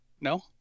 no